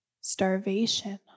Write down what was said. starvation